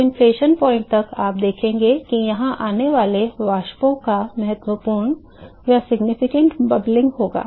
तो inflection point तक आप देखेंगे कि यहां आने वाले वाष्पों का महत्वपूर्ण बुदबुदाहट होगा